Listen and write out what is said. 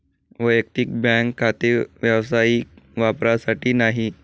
वैयक्तिक बँक खाते व्यावसायिक वापरासाठी नाही